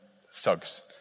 thugs